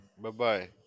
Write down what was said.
Bye-bye